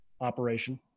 operation